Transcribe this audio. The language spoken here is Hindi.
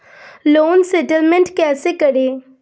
लोन सेटलमेंट कैसे करें?